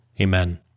Amen